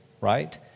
Right